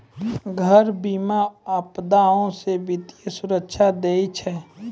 घर बीमा, आपदा से वित्तीय सुरक्षा दै छै